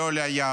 לא על היהדות,